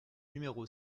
numéro